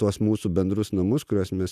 tuos mūsų bendrus namus kuriuos mes